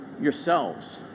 yourselves